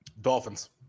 Dolphins